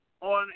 on